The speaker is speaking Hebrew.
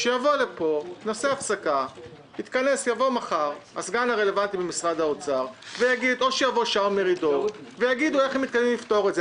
שיבוא לפה הסגן הרלוונטי ממשרד האוצר ויגיד איך מתכוונים לפתור את זה.